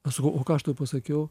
aš sakau o ką aš tau pasakiau